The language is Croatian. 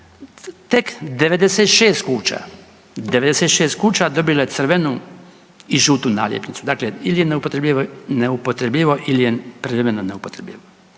96 kuća dobilo je crvenu i žutu naljepnicu. Dakle, ili je neupotrebljivo ili je privremeno neupotrebljivo.